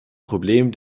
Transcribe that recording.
problem